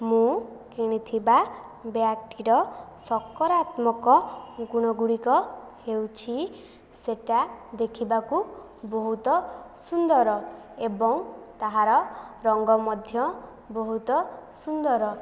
ମୁଁ କିଣିଥିବା ବ୍ୟାଗ୍ଟିର ସକାରାତ୍ମକ ଗୁଣଗୁଡ଼ିକ ହେଉଛି ସେଇଟା ଦେଖିବାକୁ ବହୁତ ସୁନ୍ଦର ଏବଂ ତାହାର ରଙ୍ଗ ମଧ୍ୟ ବହୁତ ସୁନ୍ଦର